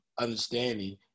understanding